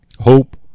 Hope